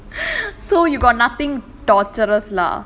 so you got nothing torturous lah